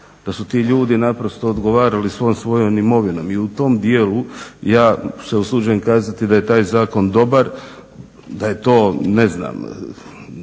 da su ti ljudi naprosto odgovarali svom svojom imovinom i u tom dijelu ja se usuđujem kazati da je taj zakon dobar, da je to znatni